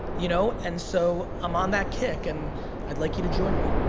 you know and so, i'm on that kick, and i'd like you to join me.